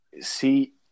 See